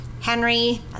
Henry